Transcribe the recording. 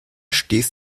stieß